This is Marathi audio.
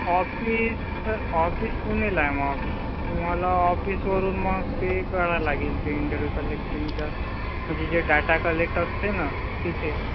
ऑफिस तर ऑफिस पुणेला आहे मग तुम्हाला ऑफिसवरुन मग ते करायला लागेल ते इंटरव्यू कलेक्टींगचं म्हणजे जे डाटा कलेक्ट असते ना तिथे